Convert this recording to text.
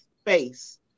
space